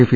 F